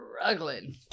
struggling